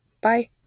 Bye